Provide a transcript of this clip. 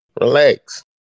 relax